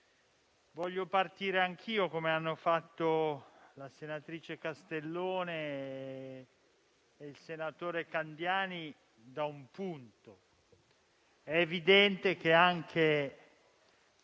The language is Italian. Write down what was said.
Voglio partire anch'io - come hanno fatto la senatrice Castellone e il senatore Candiani - da un punto: è evidente che anche